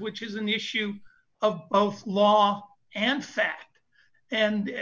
which is an issue of law and fact and